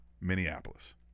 Minneapolis